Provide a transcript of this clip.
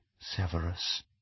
Severus